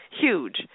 huge